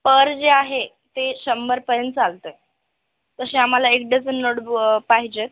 पर जे आहे ते शंभरपर्यंत चालत आहे तसे आम्हाला एक डझन नोटबु पाहिजेत